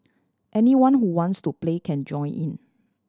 anyone who wants to play can join in